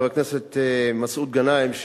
חבר הכנסת מסעוד גנאים,